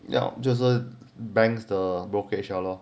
要就是 banks the brokerage liao lor